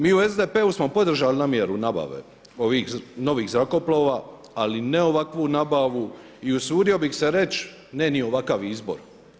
Mi u SDP-u smo podržali namjeru nabave ovih novih zrakoplova ali ne ovakvu nabavu i usudio bih se reći ne ni ovakav izbor.